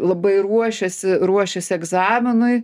labai ruošiasi ruošiasi egzaminui